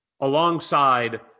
alongside